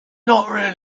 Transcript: really